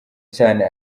cyane